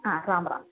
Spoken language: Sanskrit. हा राम राम